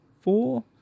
four